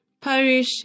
parish